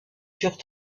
durent